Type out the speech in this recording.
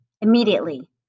Immediately